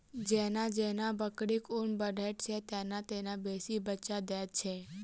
जेना जेना बकरीक उम्र बढ़ैत छै, तेना तेना बेसी बच्चा दैत छै